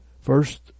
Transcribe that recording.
first